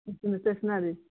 stationary